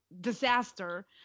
disaster